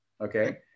Okay